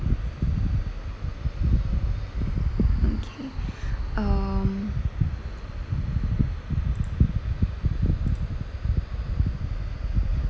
okay um